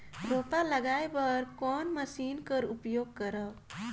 रोपा लगाय बर कोन मशीन कर उपयोग करव?